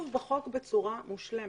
בחוק בצורה מושלמת.